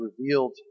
revealed